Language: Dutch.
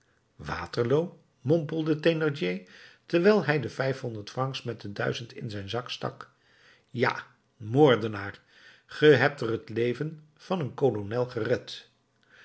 waterloo mompelde thénardier terwijl hij de vijfhonderd francs met de duizend in zijn zak stak ja moordenaar ge hebt er het leven van een kolonel gered